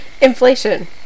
inflation